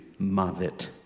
Mavit